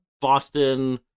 Boston